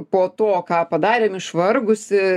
po to ką padarėm išvargusi